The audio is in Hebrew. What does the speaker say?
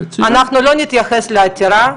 אנחנו לא נתייחס לעתירה,